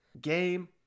Game